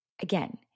Again